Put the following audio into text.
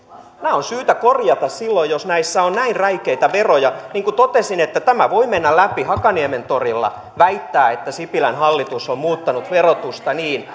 nämä on syytä korjata silloin jos näissä on näin räikeitä veroja niin kuin totesin tämä voi mennä läpi hakaniemen torilla voidaan väittää että sipilän hallitus on muuttanut verotusta niin